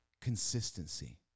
consistency